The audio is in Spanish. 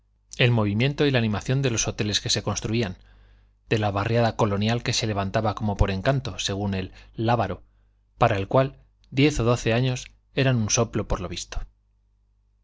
el movimiento y la animación de los hoteles que se construían de la barriada colonial que se levantaba como por encanto según el lábaro para el cual diez o doce años eran un soplo por lo visto